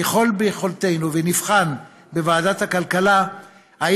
ככל שביכולתנו ונבחן בוועדת הכלכלה אם